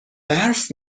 برف